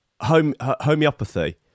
Homeopathy